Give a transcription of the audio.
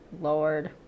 Lord